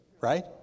right